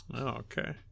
okay